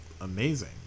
amazing